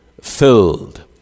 filled